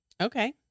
Okay